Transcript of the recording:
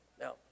Now